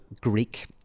Greek